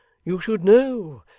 you should know,